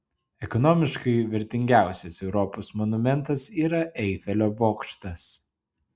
ekonomiškai vertingiausias europos monumentas yra eifelio bokštas